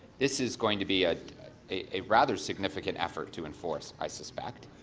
this is going to be ah a rather significant effort to enforce, i suspect.